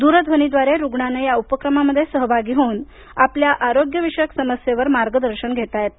दूरध्वनीव्दारे रूग्णांना या उपक्रमामध्ये सहभागी होवून आपल्या आरोग्यविषयक समस्येवर मार्गदर्शन घेता येते